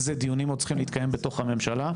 איזה דיונים עוד צריכים להתקיים בתוך הממשלה?